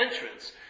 entrance